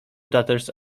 daughters